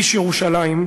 איש ירושלים,